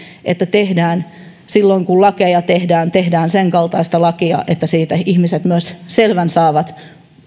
että silloin kun lakeja tehdään tehdään sen kaltaista lakia että siitä ihmiset myös selvän saavat